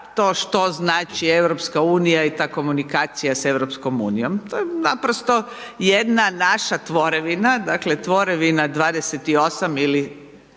to što znači EU i ta komunikacija sa EU-om, to je naprosto jedna naša tvorevina, dakle tvorevina 28 ili